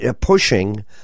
pushing